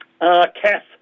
Kath